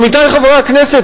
עמיתי חברי הכנסת,